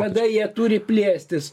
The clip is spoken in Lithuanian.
kada jie turi plėstis